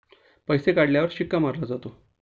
पैसे काढण्यावर शिक्का मारला जातो